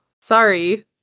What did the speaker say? Sorry